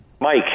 Mike